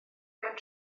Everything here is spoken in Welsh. mewn